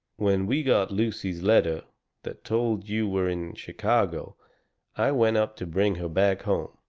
when we got lucy's letter that told you were in chicago i went up to bring her back home.